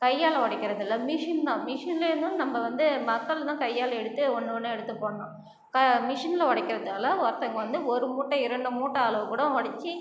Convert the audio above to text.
கையால் உடைக்கிறது இல்லை மிஷின் தான் மிஷினில் தான் நம்ம வந்து மக்கள் தான் கையால் எடுத்து ஒன்று ஒன்று எடுத்து போடணும் மிஷினில் உடைக்குறதுனால ஒருத்தங்க வந்து ஒரு மூட்டை இரண்டு மூட்டை அளவு கூட உடச்சி